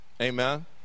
Amen